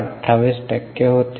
28 टक्के होते